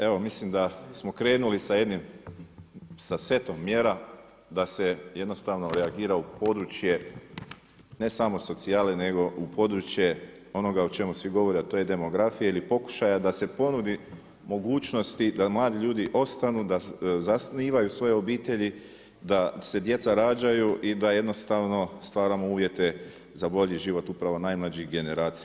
Evo mislim da smo krenuli sa jednim, sa setom mjera da se jednostavno reagira u područje ne samo socijale nego u područje onoga o čemu svi govore, a to je demografija ili pokušaja da se ponudi mogućnosti da mladi ljudi ostanu, da zasnivaju svoje obitelji, da se djeca rađaju i da jednostavno stvaramo uvjete za bolji život upravo najmlađih generacija